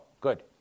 good